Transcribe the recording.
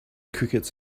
crickets